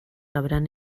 habrán